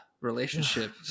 relationship